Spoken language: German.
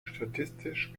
statistisch